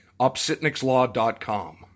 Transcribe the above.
OpsitniksLaw.com